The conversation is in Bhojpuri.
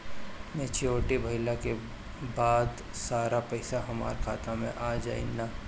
मेच्योरिटी भईला के बाद सारा पईसा हमार खाता मे आ जाई न?